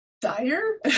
dire